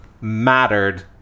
mattered